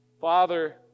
Father